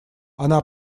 она